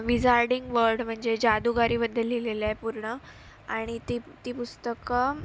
wizarding world म्हणजे जादूगारीबद्दल लिहिलेलं आहे पूर्ण आणि ती ती पुस्तकं